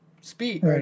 speed